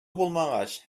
булмагач